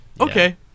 okay